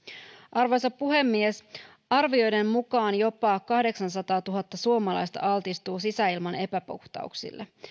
arvoisa puhemies arvioiden mukaan jopa kahdeksansataatuhatta suomalaista altistuu sisäilman epäpuhtauksille